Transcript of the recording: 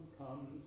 come